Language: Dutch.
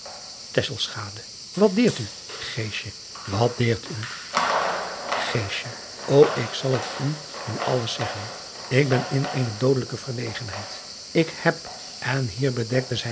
at deert u wat deert u o k zal het u nu alles zeggen ik ben in eene doodelijke verlegenheid k heb en hier bedekte